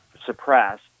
suppressed